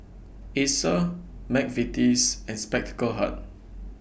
Acer Mcvitie's and Spectacle Hut